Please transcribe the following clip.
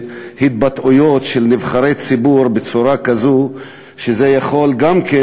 התבטאויות של נבחרי ציבור בצורה כזאת שזה יכול גם כן